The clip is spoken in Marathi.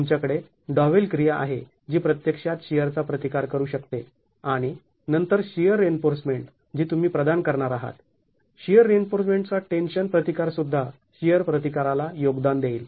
तुमच्याकडे डॉव्हेल क्रिया आहे जी प्रत्यक्षात शिअरचा प्रतिकार करू शकते आणि नंतर शिअर रिइन्फोर्समेंट जी तुम्ही प्रदान करणार आहात शिअर रिइन्फोर्समेंटचा टेन्शन प्रतिकार सुद्धा शिअर प्रतिकाराला योगदान देईल